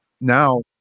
now